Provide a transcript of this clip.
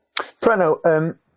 Preno